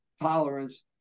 tolerance